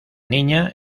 niña